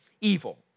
Evil